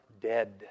dead